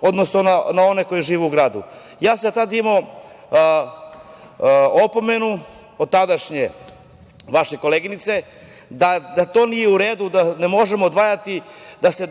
odnosu na one koji žive u gradu. Ja sam tad imao opomenu od tadašnje vaše koleginice da to nije u redu, da ne možemo odvajati, da se